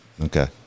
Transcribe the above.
Okay